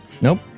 Nope